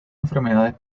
enfermedades